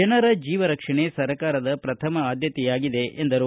ಜನರ ಜೀವ ರಕ್ಷಣೆ ಸರ್ಕಾರದ ಪ್ರಥಮ ಆದ್ಯತೆಯಾಗಿದೆ ಎಂದರು